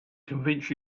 convince